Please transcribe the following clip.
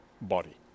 body